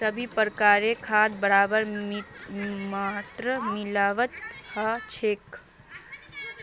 सभी प्रकारेर खादक बराबर मात्रात मिलव्वा ह छेक